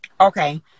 Okay